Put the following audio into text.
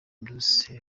bruce